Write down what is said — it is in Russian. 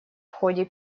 ходе